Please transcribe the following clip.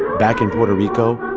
back in puerto rico,